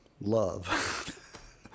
love